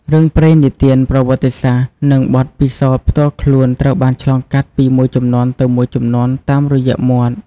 រឿងព្រេងនិទាន ប្រវត្តិសាស្រ្ត និងបទពិសោធន៍ផ្ទាល់ខ្លួនត្រូវបានឆ្លងកាត់ពីមួយជំនាន់ទៅមួយជំនាន់តាមរយៈមាត់។